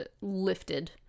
lifted